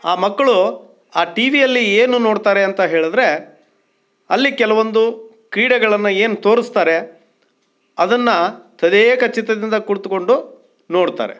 ಆ ಮಕ್ಕಳು ಆ ಟಿ ವಿಯಲ್ಲಿ ಏನು ನೋಡ್ತಾರೆ ಅಂತ ಹೇಳಿದ್ರೆ ಅಲ್ಲಿ ಕೆಲವೊಂದು ಕ್ರೀಡೆಗಳನ್ನು ಏನು ತೋರಿಸ್ತಾರೆ ಅದನ್ನು ತದೇಕ ಚಿತ್ತದಿಂದ ಕುಳಿತ್ಕೊಂಡು ನೋಡ್ತಾರೆ